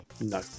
No